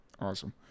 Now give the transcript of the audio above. awesome